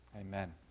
amen